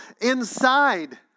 inside